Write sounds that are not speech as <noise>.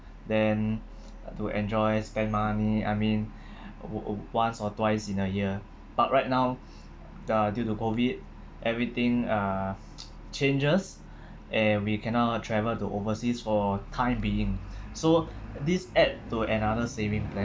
then <breath> to enjoy spend money I mean <breath> o~ o~ o~ once or twice in a year but right now <breath> uh due to COVID everything uh <noise> changes <breath> and we cannot travel to overseas for time being so this add to another saving plan